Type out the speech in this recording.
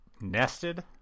nested